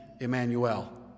Emmanuel